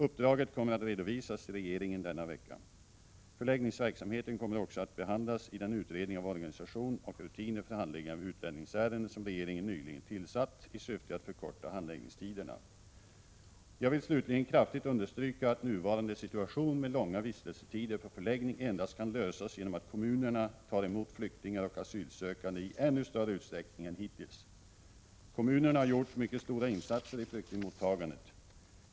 Uppdraget kommer att redovisas till regeringen denna vecka. Förläggningsverksamheten kommer också att behandlas i den utredning av organisation och rutiner för handläggning av utlänningsärenden som regeringen nyligen tillsatt i syfte att förkorta handläggningstiderna. Jag vill slutligen kraftigt understryka att nuvarande situation med långa vistelsetider på förläggning endast kan lösas genom att kommunerna tar emot flyktingar och asylsökande i ännu större utsträckning än hittills. Kommunerna har gjort mycket stora insatser i flyktingmottagandet.